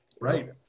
right